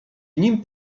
nim